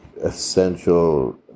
essential